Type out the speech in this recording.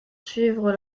suivre